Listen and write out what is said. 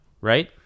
right